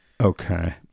Okay